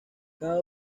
cada